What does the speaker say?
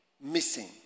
missing